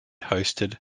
hosted